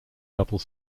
double